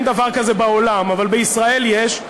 אין דבר כזה בעולם אבל בישראל יש,